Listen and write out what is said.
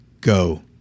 go